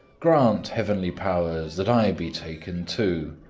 grant, heavenly powers, that i be taken, too.